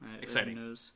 exciting